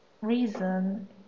reason